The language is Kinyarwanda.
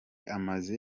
amaze